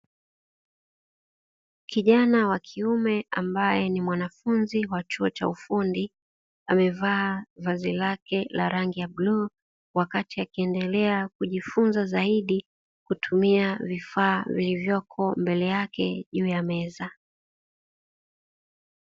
Kijana wa kiume ambaye ni mwanafunzi wa chuo cha ufundi, amevaa vazi lake la rangi ya bluu, wakati akiendelea kujifunza zaidi kutumia vifaa vilivyopo mbele yake juu ya meza.